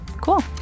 Cool